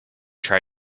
try